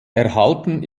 erhalten